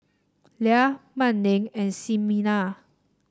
Lia Manning and Ximena